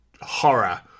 horror